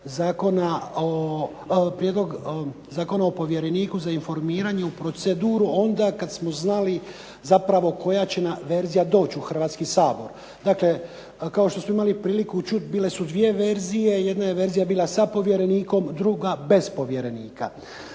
zakona o povjerenika za informiranje o proceduru zapravo onda kada smo znali koja će nam verzija doći u Hrvatski sabor. Dakle, kao što smo imali priliku čuti bile su dve verzije jedna je bila sa povjerenikom, druga bez povjerenika.